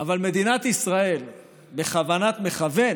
אבל מדינת ישראל בכוונת מכוון